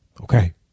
Okay